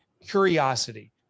curiosity